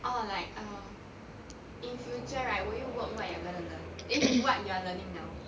orh like um in future right will you work what you are gonna learn eh what you are learning now